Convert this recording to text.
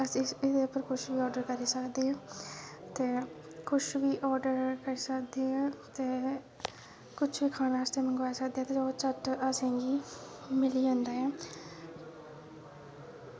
अस इस एह्दे उप्पर कुछ वी आर्डर करी सकदे ते कुछ वी आर्डर करी सकदे ते कुछ वी खाने आस्तै मंगवाई सकदे ते ओह् झट्ट असेंगी मिली जंदा ऐ